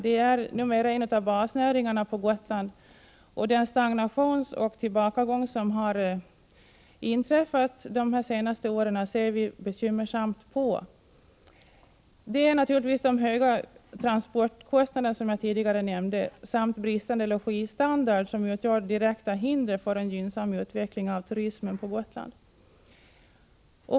Turismen är numera en av basnäringarna på Gotland, och den stagnation och tillbakagång som har inträffat de senaste åren ser vi bekymmersamt på. Det är naturligtvis de höga transportkostnaderna, som jag tidigare nämnde, samt bristande logistandard som utgör direkta hinder för en gynnsam utveckling av turismen på Gotland.